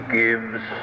gives